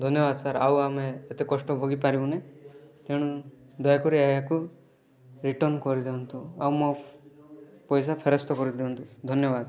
ଧନ୍ୟବାଦ ସାର୍ ଆଉ ଆମେ ଏତେ କଷ୍ଟ ଭୋଗୀ ପାରିବୁନି ତେଣୁ ଦୟାକରି ଏହାକୁ ରିଟର୍ନ୍ କରିଦିଅନ୍ତୁ ଆଉ ମୋ ପଇସା ଫେରସ୍ତ କରିଦିଅନ୍ତୁ ଧନ୍ୟବାଦ